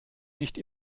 nicht